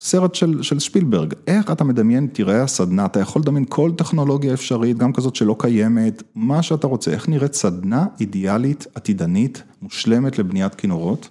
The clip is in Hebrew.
סרט של שפילברג, איך אתה מדמיין, תראה הסדנה, אתה יכול לדמיין כל טכנולוגיה אפשרית, גם כזאת שלא קיימת, מה שאתה רוצה, איך נראית סדנה אידיאלית עתידנית, מושלמת לבניית כינורות?